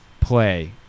play